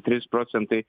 trys procentai